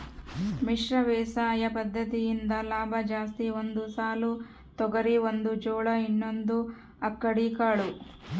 ಮಿಶ್ರ ಬೇಸಾಯ ಪದ್ದತಿಯಿಂದ ಲಾಭ ಜಾಸ್ತಿ ಒಂದು ಸಾಲು ತೊಗರಿ ಒಂದು ಜೋಳ ಇನ್ನೊಂದು ಅಕ್ಕಡಿ ಕಾಳು